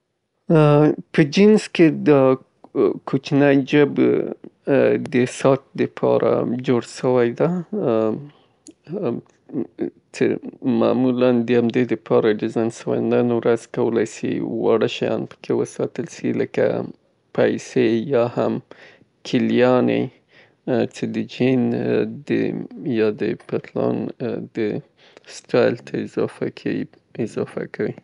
په جینیز کې د کوچیني جیب هدف، موجودیت چه دا جیب د څار جیب په نوم یادیږي په اصل کې د ساتونو د ساتلو د پاره جوړ سوی ، نن ورځ معمولا د کوچنیو شیانو د ساتلو لپاره لکه سکې کلیانې او یا هم د نورو کوچنیانو شیانو د ساتلو لپاره کارول کیږي.